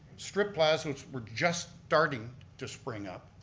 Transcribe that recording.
strip plazas were just starting to spring up.